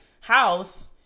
house